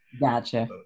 Gotcha